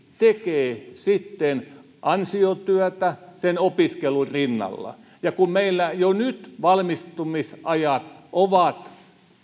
tekee sitten ansiotyötä sen opiskelun rinnalla ja kun meillä jo nyt valmistumisajat ovat